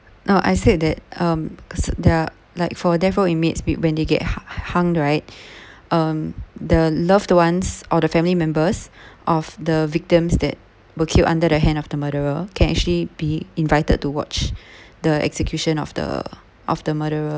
no I said that um cause they're like for death row inmates when they get ha~ hunged right um the loved ones of the family members of the victims that were killed under the hand of the murderer can actually be invited to watch the execution of the of the murderer